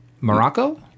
Morocco